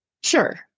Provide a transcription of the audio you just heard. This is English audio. Sure